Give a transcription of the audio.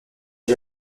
les